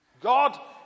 God